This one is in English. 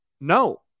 no